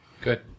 good